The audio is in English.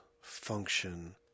function